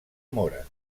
mora